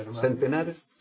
centenares